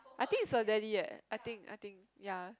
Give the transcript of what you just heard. I think is Cedele eh I think I think ya